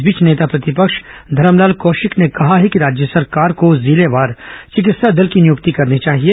इस बीच नेता प्रतिपक्ष धरमलाल कौशिक ने कहा है कि राज्य सरकार को जिलावार चिकित्सा दल की नियुक्ति करनी चाहिए